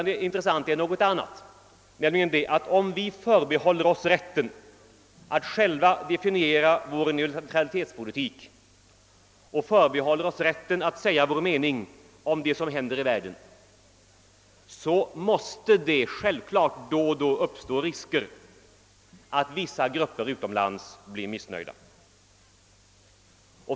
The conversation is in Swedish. Det intressanta är någonting annat, nämligen det förhållandet att om vi förbehåller oss rätten att själva definiera vår neutralitetspolitik och förbehåller oss rätten att säga vår mening om det som händer i världen så måste det självfallet då och då uppstå risker att vissa grupper utomlands blir missnöjda.